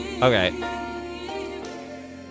Okay